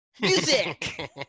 music